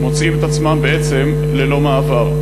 מוצאים את עצמם בעצם ללא מעבר.